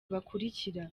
bakurikira